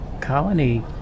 colony